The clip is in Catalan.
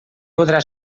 podrà